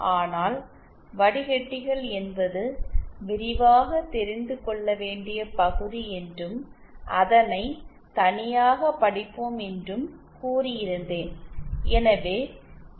ஆனால் வடிக்கட்டிகள் என்பது விரிவாக தெரிந்துகொள்ள வேண்டிய பகுதி என்றும் அதனை தனியாக படிப்போம் என்றும் கூறி இருந்தேன்